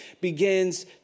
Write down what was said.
begins